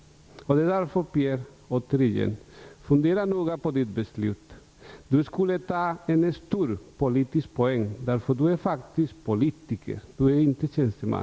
Därför bör Pierre Schori fundera noga på sitt beslut. Han skulle kunna ta hem en stor politisk poäng med detta. Pierre Schori är faktiskt politiker och inte tjänsteman.